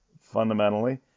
fundamentally